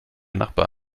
nachbar